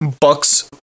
Bucks